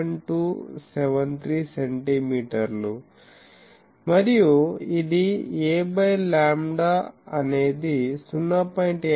7273 సెంటీమీటర్లు మరియు ఇది a లాంబ్డా అనేది 0